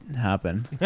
happen